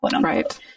Right